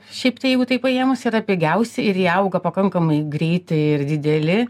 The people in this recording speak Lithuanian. šiaip tai jeigu taip paėmus yra pigiausi ir jie auga pakankamai greitai ir dideli